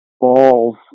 balls